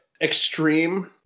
Extreme